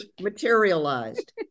materialized